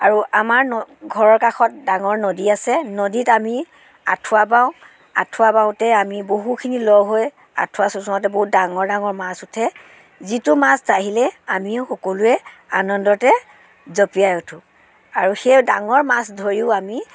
আৰু আমাৰ ন ঘৰৰ কাষত ডাঙৰ নদী আছে নদীত আমি আঁঠুৱা বাওঁ আঁঠুৱা বাওঁতে আমি বহুখিনি লগ হৈ আঁঠুৱা চোঁচৰাওঁতে বহুত ডাঙৰ ডাঙৰ মাছ উঠে যিটো মাছ তাহিলে আমিও সকলোৱে আনন্দতে জঁপিয়াই উঠোঁ আৰু সেই ডাঙৰ মাছ ধৰিও আমি